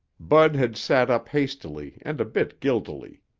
bud had sat up hastily and a bit guiltily.